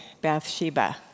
Bathsheba